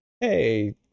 hey